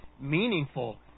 meaningful